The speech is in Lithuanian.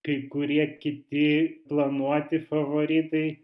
kai kurie kiti planuoti favoritai